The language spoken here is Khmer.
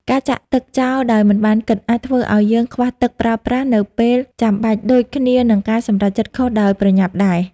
ការចាក់ទឹកចោលដោយមិនបានគិត អាចធ្វើឲ្យយើងខ្វះទឹកប្រើប្រាស់នៅពេលចាំបាច់ ដូចគ្នានឹងការសម្រេចចិត្តខុសដោយប្រញាប់ដែរ។